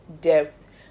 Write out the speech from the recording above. depth